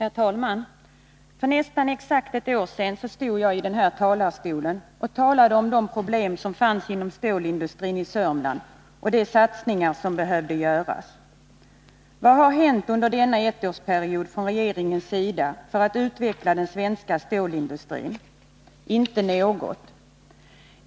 Herr talman! För nästan exakt ett år sedan stod jag i den här talarstolen och talade om de problem som fanns inom stålindustrin i Sörmland och de satsningar som behövde göras. Vad har under denna ettårsperiod gjorts från regeringens sida för att utveckla den svenska stålindustrin? Ingenting.